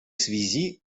связи